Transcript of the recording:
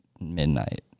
midnight